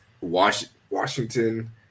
Washington